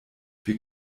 wir